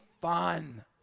fun